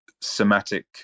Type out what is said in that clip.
somatic